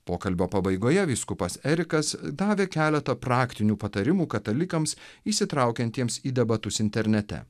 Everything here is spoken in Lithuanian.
pokalbio pabaigoje vyskupas erikas davė keletą praktinių patarimų katalikams įsitraukiantiems į debatus internete